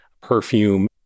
perfume